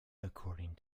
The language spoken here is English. according